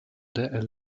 der